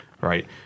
right